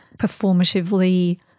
performatively